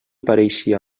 pareixia